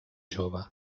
jove